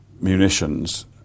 munitions